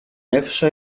αίθουσα